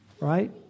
Right